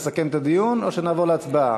מעוניין לסכם את הדיון או שנעבור להצבעה?